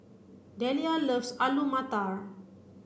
Dellia loves Alu Matar